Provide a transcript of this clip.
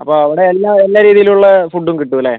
അപ്പോൾ അവിടെ എല്ലാ എല്ലാ രീതിയുലുള്ള ഫുഡും കിട്ടും അല്ലേ